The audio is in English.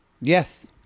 Yes